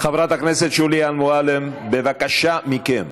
חברת הכנסת שולי מועלם, בבקשה מכם.